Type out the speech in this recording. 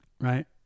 Right